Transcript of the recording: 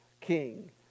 king